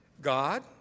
God